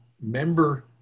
member